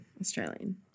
Australian